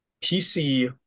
pc